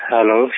Hello